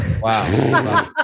Wow